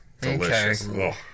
Delicious